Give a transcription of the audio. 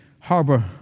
harbor